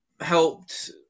helped